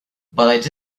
but